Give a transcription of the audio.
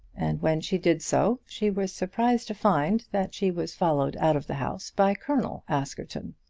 and when she did so she was surprised to find that she was followed out of the house by colonel askerton.